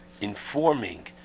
informing